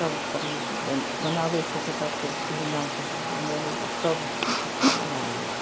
सब अपन ओ पाबनि मनाबै छै ततऽ खूब धूमधाम सऽ सब मनेलक आ सब मिलकए मजा लेलक